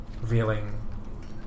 revealing